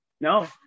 No